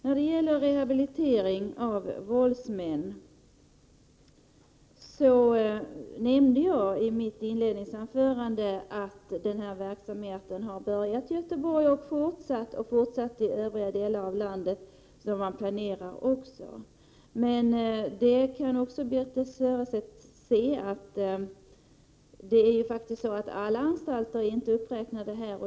När det gäller rehabilitering av våldsmän nämnde jag i mitt inledningsanförande att verksamheten i Göteborg har börjat och att den fortsätter. Utvecklingen fortsätter också i övriga delar av landet, där man planerar sådan. Som Birthe Sörestedt kan se, är inte alla anstalter uppräknade.